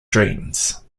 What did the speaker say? dreams